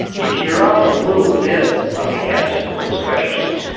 if you are off a little bit on the answers to those questions,